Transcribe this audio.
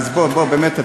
אז בוא, בוא.